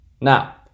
Now